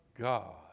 god